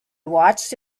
watched